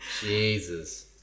jesus